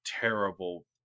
terrible